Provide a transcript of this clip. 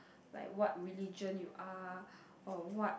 like what religion you are or what